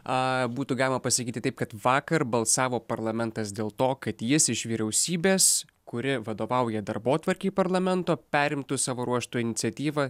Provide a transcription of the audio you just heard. a būtų galima pasakyti taip kad vakar balsavo parlamentas dėl to kad jis iš vyriausybės kuri vadovauja darbotvarkei parlamento perimtų savo ruožtu iniciatyvą